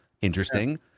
interesting